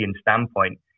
standpoint